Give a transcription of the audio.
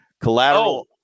Collateral